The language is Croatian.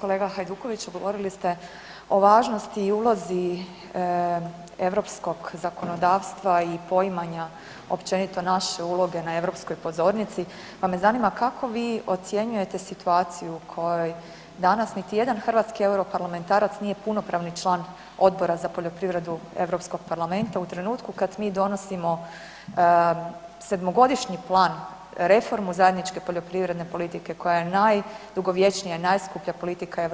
Kolega Hajdukoviću govorili ste o važnosti i ulozi europskog zakonodavstva i poimanja općenito naše uloge na europskoj pozornici, pa me zanima kako vi ocjenjujete situaciju u kojoj danas niti jedan hrvatski europarlamentarac nije punopravni član Odbora za poljoprivredu Europskog parlamenta u trenutku kada mi donosimo sedmogodišnji plan, reformu zajedničke poljoprivredne politike koja je najdugovječnija i najskuplja politika EU